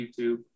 YouTube